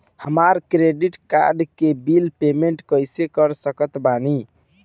हमार credit card के bill payment कइसे कर सकत बानी?